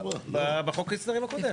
בחוק ההסדרים הקודם.